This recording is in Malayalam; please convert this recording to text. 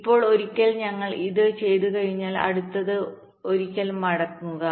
ഇപ്പോൾ ഒരിക്കൽ ഞങ്ങൾ ഇത് ചെയ്തുകഴിഞ്ഞാൽ അടുത്തത് ഒരിക്കൽ മടങ്ങുക